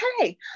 okay